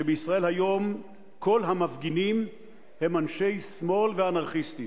שבישראל היום כל המפגינים הם אנשי שמאל ואנרכיסטים.